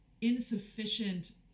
insufficient